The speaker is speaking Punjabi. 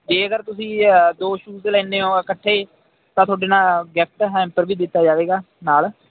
ਜੇਕਰ ਤੁਸੀਂ ਦੋ ਸ਼ੂਜ ਲੈਂਦੇ ਹੋ ਇਕੱਠੇ ਤਾਂ ਤੁਹਾਡੇ ਨਾਲ ਗਿਫਟ ਹੈਮਪਰ ਵੀ ਦਿੱਤਾ ਜਾਵੇਗਾ ਨਾਲ